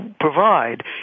provide